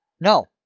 No